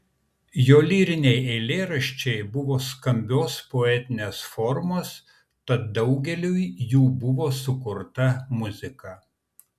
jo lyriniai eilėraščiai buvo skambios poetinės formos tad daugeliui jų buvo sukurta muzika